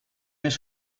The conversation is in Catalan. més